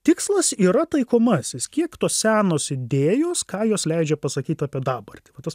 tikslas yra taikomasis kiek tos senos idėjos ką jos leidžia pasakyt apie dabartį va tas